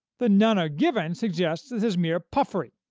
that none are given suggests this is mere puffery.